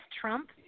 Trump